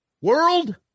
World